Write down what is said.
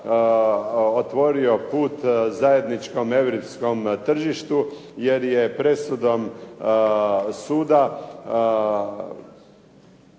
otvorio put zajedničkom europskom tržištu jer je presudom suda